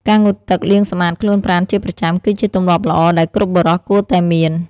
ការងូតទឹក លាងសម្អាតខ្លួនប្រាណជាប្រចាំ គឺជាទម្លាប់ល្អដែលគ្រប់បុរសគួរតែមាន។